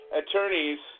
attorneys